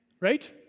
Right